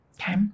okay